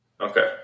Okay